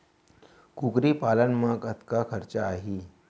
कुकरी पालन म कतका खरचा आही?